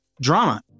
drama